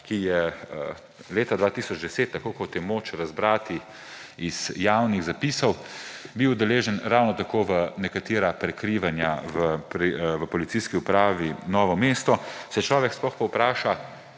ki je leta 2010, tako kot je moč razbrati iz javnih zapisov, bil udeležen ravno tako v nekaterih prekrivanjih v Policijski upravi Novo mesto. Se človek sploh povpraša,